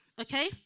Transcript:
Okay